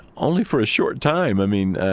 only for a short time, i mean,